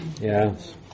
Yes